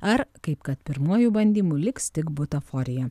ar kaip kad pirmuoju bandymu liks tik butaforija